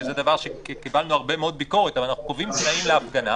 שזה דבר שקיבלנו הרבה מאוד ביקורת אבל אנחנו קובעים תנאים להפגנה,